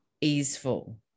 easeful